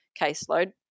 caseload